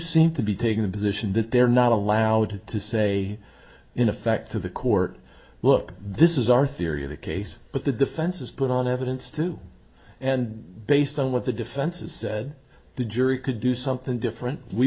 seem to be taking the position that they're not allowed to say in effect to the court look this is our theory of the case but the defense is put on evidence too and based on what the defense is said the jury could do something different we